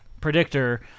predictor